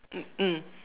mmhmm